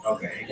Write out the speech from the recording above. Okay